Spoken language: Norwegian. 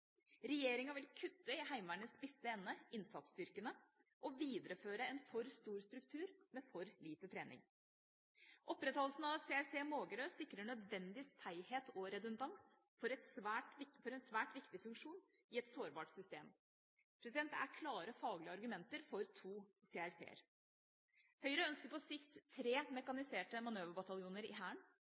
regjeringa vil kutte i Heimevernets spisse ende, innsatsstyrkene, og videreføre en for stor struktur med for lite trening. Opprettholdelsen av CRC Mågerø sikrer nødvendig seighet og redundans for en svært viktig funksjon i et sårbart system. Det er klare faglige argumenter for to CRC-er. Høyre ønsker på sikt tre mekaniserte manøverbataljoner i Hæren.